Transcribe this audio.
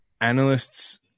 analysts